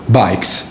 bikes